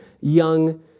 young